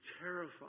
terrifying